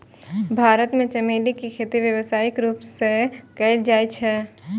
भारत मे चमेली के खेती व्यावसायिक रूप सं कैल जाइ छै